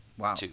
Wow